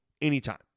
anytime